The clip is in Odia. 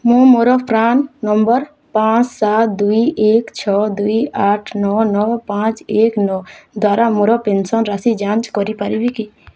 ମୁଁ ମୋର ପ୍ରାନ୍ ନମ୍ବର୍ ପାଞ୍ଚ ସାତ ଦୁଇ ଏକ ଛଅ ଦୁଇ ଆଠ ନଅ ନଅ ପାଞ୍ଚ ଏକ ନଅ ଦ୍ଵାରା ମୋର ପେନ୍ସନ୍ ରାଶି ଯାଞ୍ଚ କରିପାରିବି କି